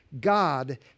God